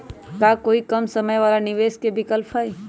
का कोई कम समय वाला निवेस के विकल्प हई?